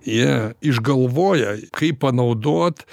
jie išgalvoja kaip panaudot